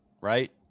right